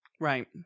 Right